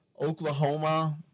Oklahoma